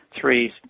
three